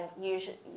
usually